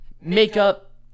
makeup